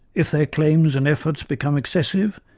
if their claims and efforts become excessive,